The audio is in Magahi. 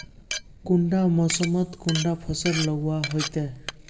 कुंडा मोसमोत कुंडा फसल लगवार होते?